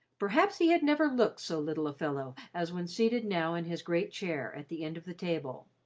perhaps he had never looked so little a fellow as when seated now in his great chair, at the end of the table.